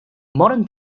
modern